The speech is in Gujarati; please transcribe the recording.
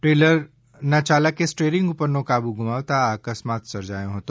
દ્રેલર ચાલકે સ્ટ્રેરિંગ ઉપરનો કાબૂ ગુમાવતાં આ અકસ્માત સર્જાયો હતો